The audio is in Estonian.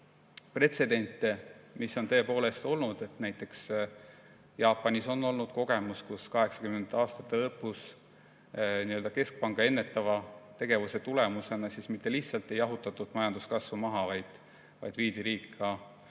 pretsedente, mis on tõepoolest olnud. Näiteks Jaapanis on olnud kogemus, kus 1980. aastate lõpus keskpanga ennetava tegevuse tulemusena mitte lihtsalt ei jahutatud majanduskasvu maha, vaid viidi riik